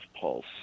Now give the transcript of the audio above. pulse